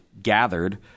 gathered